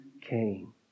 came